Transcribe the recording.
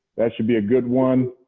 that should be a good one.